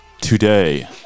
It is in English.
today